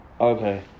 Okay